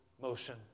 motion